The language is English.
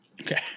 Okay